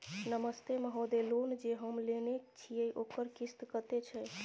नमस्ते महोदय, लोन जे हम लेने छिये ओकर किस्त कत्ते छै?